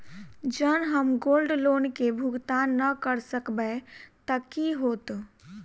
जँ हम gold loan केँ भुगतान न करऽ सकबै तऽ की होत?